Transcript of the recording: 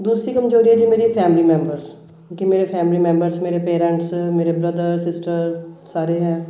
ਦੂਸਰੀ ਕਮਜ਼ੋਰੀ ਹੈ ਜੀ ਮੇਰੀ ਫੈਮਲੀ ਮੈਂਬਰਸ ਕਿਉਂਕਿ ਮੇਰੇ ਫੈਮਲੀ ਮੈਂਬਰਸ ਮੇਰੇ ਪੇਰੈਂਟਸ ਮੇਰੇ ਬ੍ਰਦਰ ਸਿਸਟਰ ਸਾਰੇ ਹੈ